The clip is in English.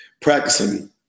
practicing